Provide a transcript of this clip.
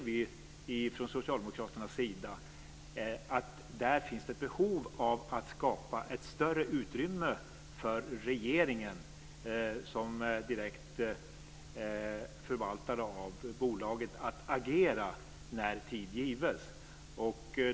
Vi socialdemokrater inser att där finns ett behov av att skapa ett större utrymme för regeringen, som direkt förvaltare av bolaget, att agera när tid gives.